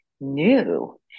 new